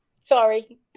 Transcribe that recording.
Sorry